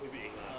不必赢 lah